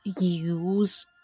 use